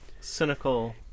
cynical